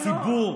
הציבור,